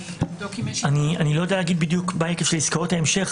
אני לא יודע בדיוק מה היקפי עסקאות ההמשך,